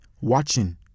watching